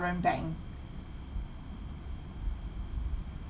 current bank